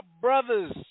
brothers